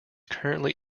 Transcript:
currently